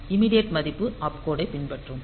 immediate மதிப்பு ஆப்கோடைப் பின்பற்றும்